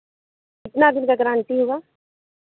कितना दिन का गारंटी होगा